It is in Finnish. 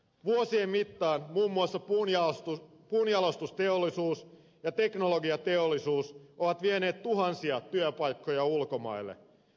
vuosien mittaan muun muassa puunjalostusteollisuus ja teknologiateollisuus ovat vieneet tuhansia työpaikkoja ulkomaille